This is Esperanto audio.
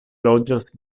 loĝas